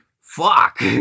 Fuck